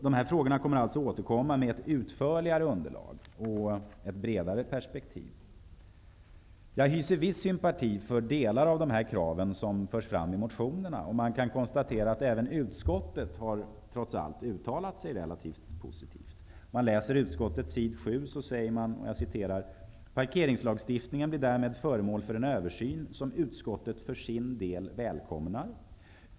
Frågorna återkommer alltså med ett utförligare underlag och ett bredare perspektiv. Jag hyser viss sympati för delar av kraven som förs fram i motionerna, och man kan konstatera att utskottet har uttalat sig relativt positivt. På s. 7 i betänkandet säger utskottet: ''Parkeringslagstiftningen blir därmed föremål för en översyn, som utskottet för sin del välkomnar.